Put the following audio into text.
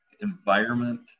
environment